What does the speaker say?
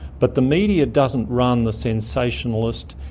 but the media doesn't run the sensationalist,